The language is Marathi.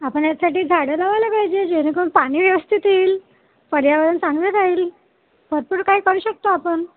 आपण यासाठी झाडं लावायला पाहिजे जेणेकरून पाणी व्यवस्थित येईल पर्यावरण चांगलं राहील भरपूर काय करू शकतो आपण